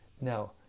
now